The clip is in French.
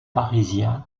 parisien